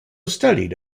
studied